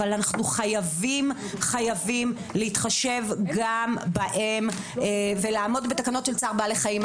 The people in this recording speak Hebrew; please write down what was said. אבל חייבים להתחשב גם בהם ולעמוד בתקנות צער בעלי חיים.